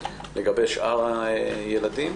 לגבי שאר הילדים.